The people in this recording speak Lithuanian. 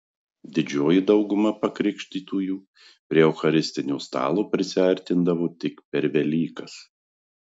didžioji dauguma pakrikštytųjų prie eucharistinio stalo prisiartindavo tik per velykas